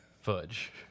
fudge